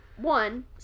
One